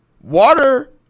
water